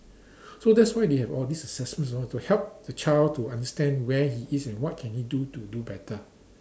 so that's why they have all these assessments and all to help the child to understand where he is and what he can do to do better